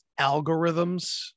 algorithms